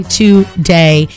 today